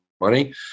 money